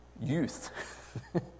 youth